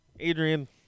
Adrian